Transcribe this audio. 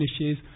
finishes